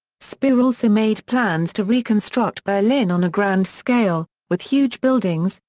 speer also made plans to reconstruct berlin on a grand scale, with huge buildings,